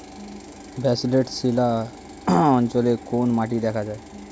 Basalt শিলা অঞ্চলে কোন মাটি দেখা যায়?